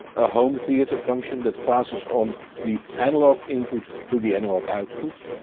a home theater function that passes on the analog input to the analog outputs,